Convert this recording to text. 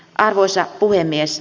arvoisa puhemies